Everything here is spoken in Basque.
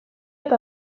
eta